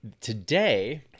today